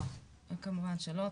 כמובן שלא.